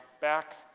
back